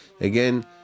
again